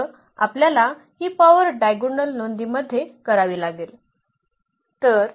फक्त आपल्याला ही पॉवर डायगोनल नोंदींमध्ये करावी लागेल